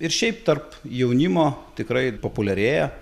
ir šiaip tarp jaunimo tikrai populiarėja